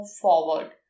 forward